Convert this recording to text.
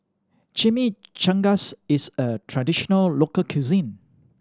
chimichangas is a traditional local cuisine